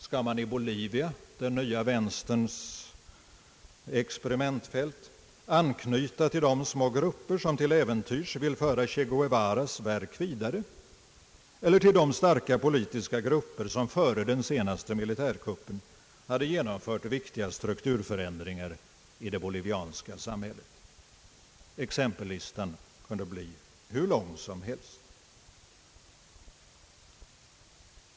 Skall man i Bolivia, den nya vänsterns experimentfält, anknyta till de små grupper som till äventyrs vill föra Che Guevaras verk vidare eller till de starka politiska grupper som före den senaste militärkuppen hade genomfört viktiga strukturförändringar i det bolivianska samhället? Exempellistan kunde bli hur lång som helst.